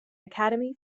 academy